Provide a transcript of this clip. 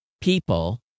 people